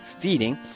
feeding